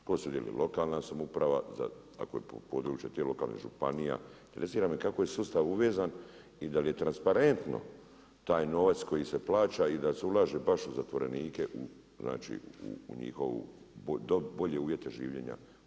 Tko sudjeluje, lokalna samouprava ako je područje tih lokalnih županija, interesira me kako je sustav uvezan i da li je transparentno taj novac koji se plaća i da se ulaže baš u zatvorenike u njihove bolje uvjete življenja?